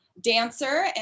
dancer